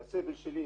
את הסבל שלי